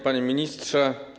Panie Ministrze!